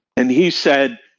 and he said,